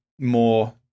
more